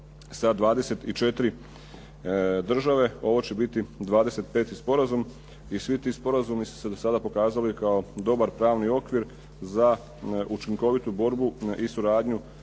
sa 24 države, ovo će biti 25 sporazum. I svi ti sporazumi su se do sada pokazali kao dobar pravni okvir za učinkovitu borbu i suradnju